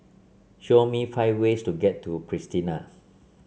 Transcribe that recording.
show me five ways to get to Pristina